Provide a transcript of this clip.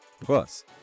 Plus